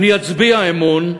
אני אצביע אמון,